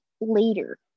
later